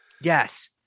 Yes